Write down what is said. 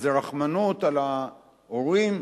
אז רחמנות על ההורים,